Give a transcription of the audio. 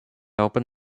open